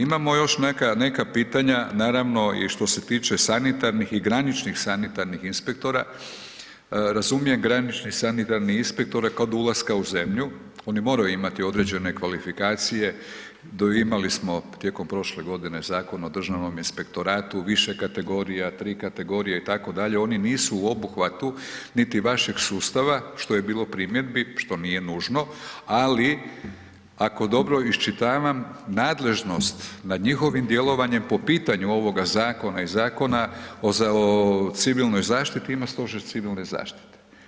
Imamo još neka pitanja, naravno i što se tiče sanitarnih i graničnih sanitarnih inspektora, razumijem granični sanitarni inspektori kod ulaska oni moraju imati određene kvalifikacije imali smo tijekom prošle godine Zakon o Državnom inspektoratu, više kategorija, tri kategorije itd., oni nisu u obuhvatu niti vašeg sustava što je bilo primjedbi što nije nužno, ali ako dobro iščitavam nadležnost nad njihovim djelovanjem po pitanju ovoga zakona i Zakona o civilnoj zaštiti ima Stožer civilne zaštite.